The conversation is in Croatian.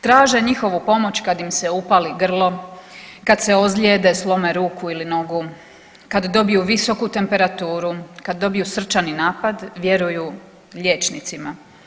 Traže njihovu pomoć kad im se upali grlo, kad se ozlijede, slome ruku ili nogu, kad dobiju visoku temperaturu, kad dobiju srčani napad, vjeruju liječnicima.